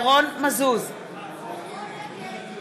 לנושא אחר.